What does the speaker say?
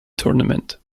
tournament